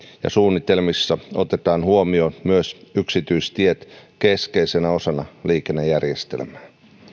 ja suunnitelmissa otetaan huomioon myös yksityistiet keskeisenä osana liikennejärjestelmää